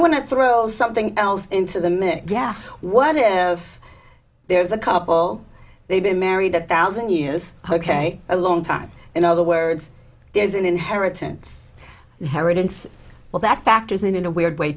to throw something else into the mix yeah what if there's a couple they've been married a thousand years ok a long time in other words there's an inheritance heritance well that factors in in a weird way